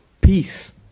peace